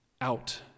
out